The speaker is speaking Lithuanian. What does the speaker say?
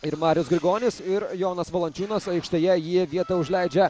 ir marius grigonis ir jonas valančiūnas aikštėje jie vietą užleidžia